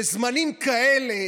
בזמנים כאלה